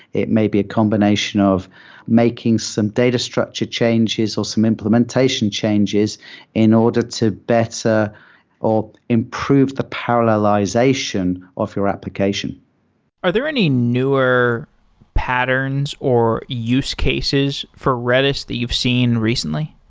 it may be a combination of making some data structure changes or some implementation changes in order to better improve the parallelization of your application are there any newer patterns or use cases for redis the you've seen recently?